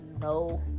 no